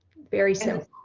very simple.